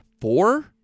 four